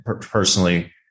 personally